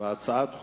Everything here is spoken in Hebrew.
לא כל שר,